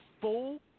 full